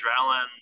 adrenaline